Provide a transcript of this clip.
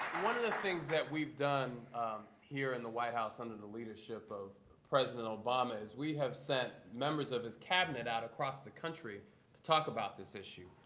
one of the things that we've done here in the white house under the leadership of president obama is we have sent members of his cabinet out across the country to talk about this issue.